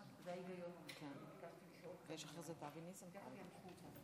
בעצם בהכרזה הזאת קיבלו על עצמן מדינות